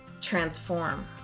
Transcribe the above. transform